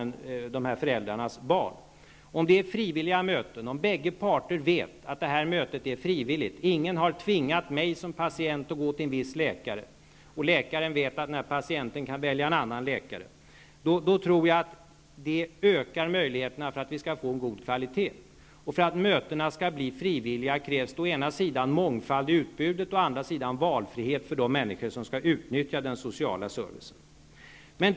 Jag tror att möjligheterna för att vi skall få en god kvalitet inom detta område ökar om dessa möten är frivilliga, om bägge parter vet att mötet är frivilligt, om patienten vet att ingen har tvingat honom att gå till en viss läkare och läkaren vet att patienten kan välja en annan läkare. För att mötena skall bli frivilliga krävs å ena sidan mångfald i utbudet och å andra sidan valfrihet för de människor som skall utnyttja den sociala servicen.